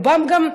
וגם ברובם,